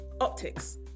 Optics